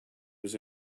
was